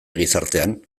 gizartean